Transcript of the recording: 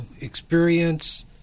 experience